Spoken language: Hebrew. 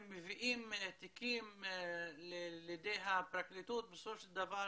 מביאים תיקים לידי הפרקליטות בסופו של דבר